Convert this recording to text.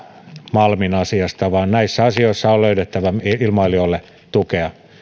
malmin asiassa vaan näissä asioissa on löydettävä ilmailijoille tukea